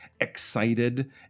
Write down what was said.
excited